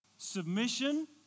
Submission